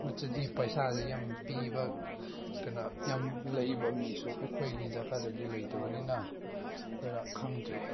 ꯅꯠꯇ꯭ꯔꯗꯤ ꯄꯩꯁꯥꯁꯦ ꯌꯥꯝ ꯄꯤꯕ ꯀꯩꯅꯣ ꯌꯥꯝ ꯂꯩꯕ ꯃꯤꯁꯨ ꯑꯩꯈꯣꯏꯒꯤ ꯖꯒꯥꯗꯗꯤ ꯂꯩꯇꯕꯅꯤꯅ ꯑꯗꯨꯅ ꯈꯪꯗ꯭ꯔꯦ